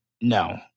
No